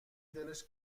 دلش